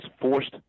forced